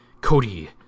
Cody